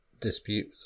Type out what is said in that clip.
dispute